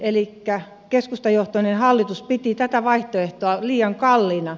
tuolloin keskustajohtoinen hallitus piti tätä vaihtoehtoa liian kalliina